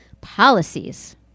policies